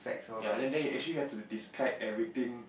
ya then then you actually have to describe everything